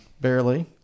Barely